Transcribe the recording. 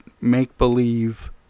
make-believe